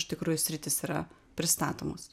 iš tikrųjų sritis yra pristatomos